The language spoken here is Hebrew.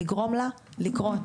לגרום לה לקרות.